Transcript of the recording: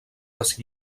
les